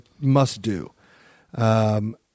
must-do